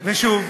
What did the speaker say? ושוב,